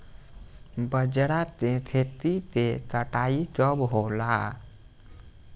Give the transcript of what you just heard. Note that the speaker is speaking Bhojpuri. बजरा के खेती के कटाई कब होला?